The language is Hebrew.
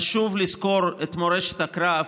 חשוב לזכור את מורשת הקרב,